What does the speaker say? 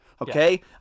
Okay